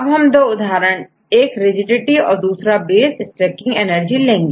अब हम दो उदाहरण एकrigidity और दूसराbase stacking energy लेंगे